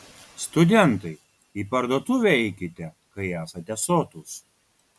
studentai į parduotuvę eikite kai esate sotūs